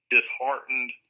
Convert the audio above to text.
Disheartened